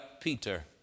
Peter